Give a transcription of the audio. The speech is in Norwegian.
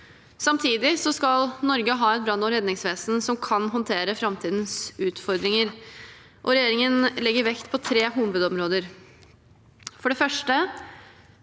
Samtidig skal Norge ha et brann- og redningsvesen som kan håndtere framtidens utfordringer. Regjeringen legger vekt på tre hovedområder: